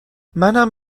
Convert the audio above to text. منم